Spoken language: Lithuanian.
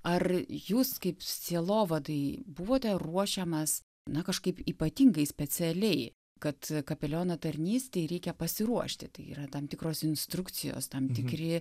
ar jūs kaip sielovadai buvote ruošiamas na kažkaip ypatingai specialiai kad kapeliono tarnystei reikia pasiruošti tai yra tam tikros instrukcijos tam tikri